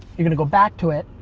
you're gonna go back to it.